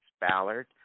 Ballard